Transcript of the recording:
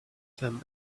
them